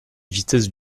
vitesse